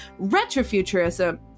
retrofuturism